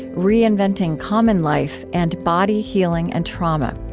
reinventing common life, and body, healing, and trauma.